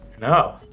No